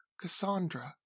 Cassandra